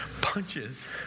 punches